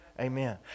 Amen